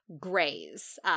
greys